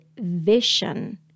vision